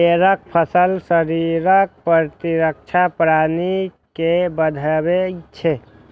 बेरक फल शरीरक प्रतिरक्षा प्रणाली के बढ़ाबै छै